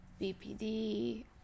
bpd